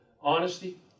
honesty